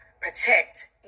protect